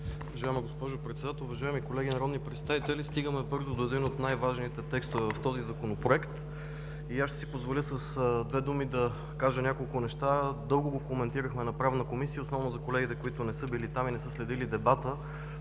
Уважаема госпожо Председател, уважаеми колеги народни представители! Стигаме до един от най-важните текстове в този Законопроект и аз ще си позволя с две думи да кажа няколко неща. Дълго го коментирахме в Комисията по правни въпроси – основно за колегите, които не са били там и не са следили дебата,